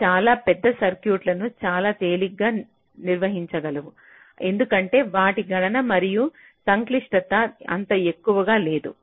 అవి చాలా పెద్ద సర్క్యూట్లను చాలా తేలికగా నిర్వహించగలవు ఎందుకంటే వాటి గణన మరియు సంక్లిష్టత అంత ఎక్కువగా లేదు